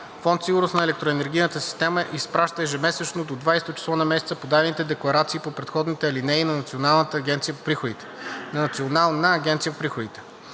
Фонд „Сигурност на електроенергийната система“ изпраща ежемесечно до 20-о число на месеца подадените декларации по предходните алинеи на Националната агенция по приходите.